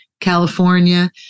California